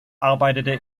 arbeitete